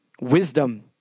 Wisdom